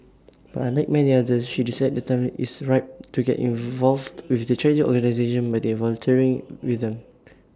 but unlike many others she decided the time is ripe to get involved with the charity organisation by volunteering with them